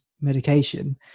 medication